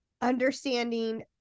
understanding